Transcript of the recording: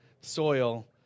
soil